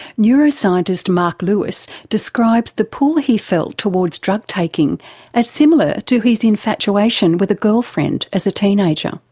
neuroscientist marc lewis describes the pull he felt towards drug-taking as similar to his infatuation with a girlfriend as a teenager.